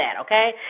okay